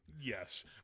Yes